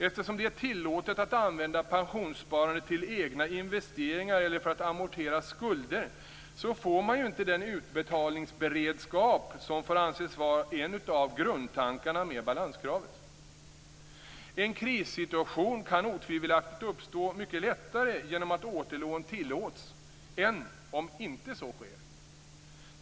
Eftersom det är tillåtet att använda pensionssparandet till egna investeringar eller för att amortera skulder, får man inte den utbetalningsberedskap som får anses vara en av grundtankarna med balanskravet. En krissituation kan otvivelaktigt uppstå mycket lättare genom att återlån tillåts än om så inte sker.